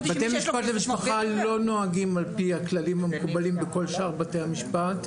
בתי משפט למשפחה לא נוהגים על פי הכללים המקובלים בכל שאר בתי המשפט.